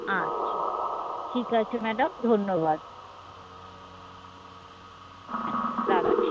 আচ্ছা ঠিক আছে ম্যাডাম ধন্যবাদ হ্যাঁ রাখছি